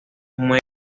muelles